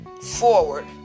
forward